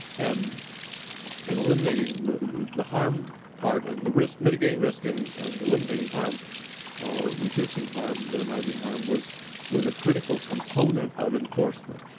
and and eliminating the harm part, the risk mitigating risk and and eliminating harm or reducing harm, minimizing harm, was was a critical component of enforcement.